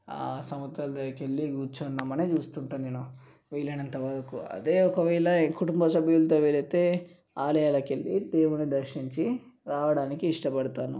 సముద్రాలదగ్గరకెళ్ళి కూర్చుందామనే చూస్తుంటాను నేను వీలైనంత వరకు అదే ఒకవేళ కుటుంబ సభ్యులతో వెళితే ఆలయాలకెళ్ళి దేవుడిని దర్శించి రావడానికి ఇష్టపడతాను